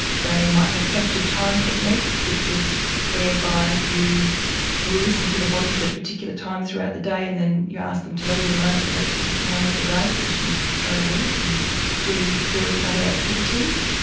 they might have structured time techniques, which is whereby you will listen to the voices at a particular time throughout the day and then you ask them to leave you alone at the rest of the time of the day so that you can go to work and do various other activities.